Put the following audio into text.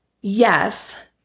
Yes